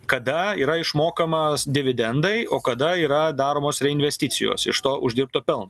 kada yra išmokamas dividendai o kada yra daromos reinvesticijos iš to uždirbto pelno